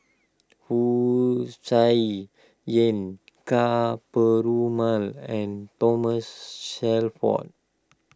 Wu Tsai Yen Ka Perumal and Thomas Shelford